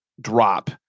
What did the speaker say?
drop